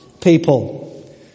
people